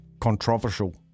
controversial